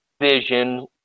Vision